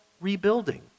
rebuilding